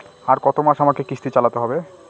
আর কতমাস আমাকে কিস্তি চালাতে হবে?